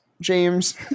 James